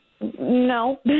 No